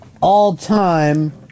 All-time